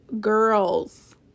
girls